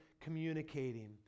communicating